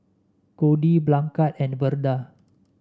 Codi Blanchard and Verda